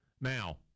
Now